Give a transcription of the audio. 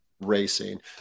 racing